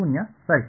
ಶೂನ್ಯ ಸರಿ